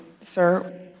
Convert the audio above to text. Sir